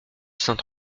saint